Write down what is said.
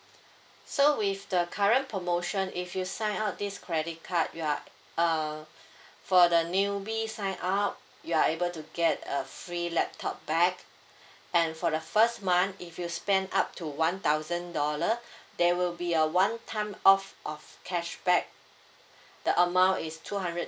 so with the current promotion if you sign up this credit card you are uh for the newbie sign up you are able to get a free laptop bag and for the first month if you spend up to one thousand dollar there will be a one time off of cashback the amount is two hundred